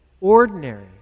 ordinary